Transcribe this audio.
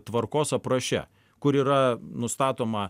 tvarkos apraše kur yra nustatoma